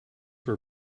were